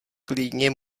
klidně